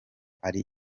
ari